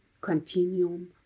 continuum